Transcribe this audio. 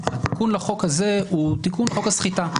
התיקון לחוק הזה הוא תיקון חוק הסחיטה.